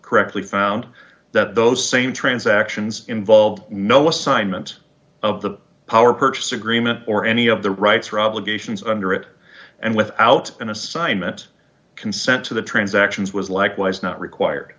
correctly found that those same transactions involved no assignment of the power purchase agreement or any of the rights or obligations under it and without an assignment consent to the transactions was likewise not required